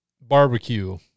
Barbecue